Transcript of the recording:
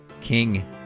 King